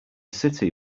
city